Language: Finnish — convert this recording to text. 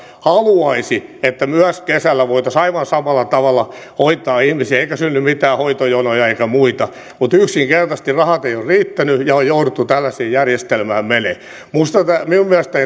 haluaisi että myös kesällä voitaisiin aivan samalla tavalla hoitaa ihmisiä eikä syntyisi mitään hoitojonoja eikä muita mutta yksinkertaisesti rahat eivät ole riittäneet ja on jouduttu tällaiseen järjestelmään menemään minun mielestäni